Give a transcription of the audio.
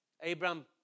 Abraham